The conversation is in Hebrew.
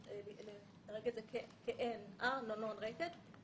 אני מניח שאלו משפטים